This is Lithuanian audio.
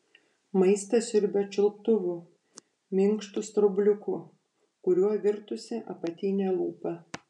maistą siurbia čiulptuvu minkštu straubliuku kuriuo virtusi apatinė lūpa